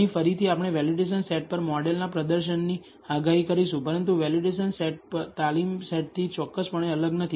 અહીં ફરીથી આપણે વેલિડેશન સેટ પર મોડેલના પ્રદર્શનની આગાહી કરીશું પરંતુ વેલિડેશન સેટ તાલીમ સેટથી ચોક્કસપણે અલગ નથી